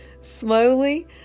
Slowly